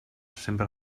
sempre